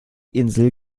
insel